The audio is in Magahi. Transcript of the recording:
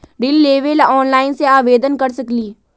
ऋण लेवे ला ऑनलाइन से आवेदन कर सकली?